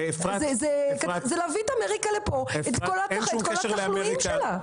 זה להביא את אמריקה לפה על כל התחלואים שלה.